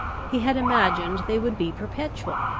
he had imagined they would be perpetual,